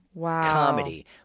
comedy